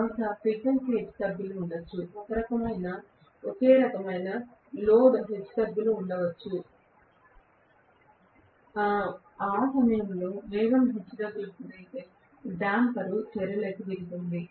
బహుశా ఫ్రీక్వెన్సీ హెచ్చుతగ్గులు ఉండవచ్చు ఒకరకమైన లోడ్ హెచ్చుతగ్గులు ఉండవచ్చు ఆ సమయంలో వేగం హెచ్చుతగ్గులకు గురైతే డేంపర్ చర్యలోకి దిగుతుంది